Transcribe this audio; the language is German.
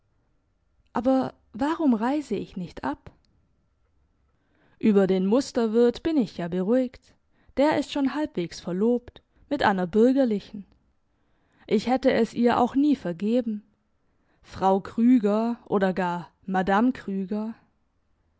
aber warum reise ich nicht ab über den musterwirt bin ich ja beruhigt der ist schon halbwegs verlobt mit einer bürgerlichen ich hätte es ihr auch nie vergeben frau krüger oder gar madam krüger